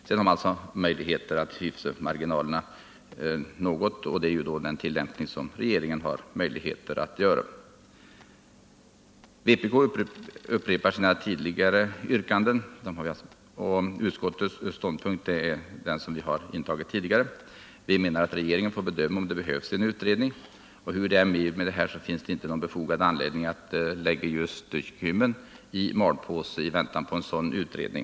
Sedan har ju regeringen möjligheter att något hyfsa till marginalerna. Vpk upprepar sina tidigare yrkanden. Utskottets ståndpunkt är densamma som vi har intagit tidigare. Vi menar att regeringen får bedöma om det behövs en utredning. Hur det än blir med detta finns det inte någon befogad anledning att lägga just Kymmen i malpåse i väntan på en sådan utredning.